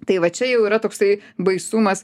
tai va čia jau yra toksai baisumas